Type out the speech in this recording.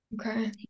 okay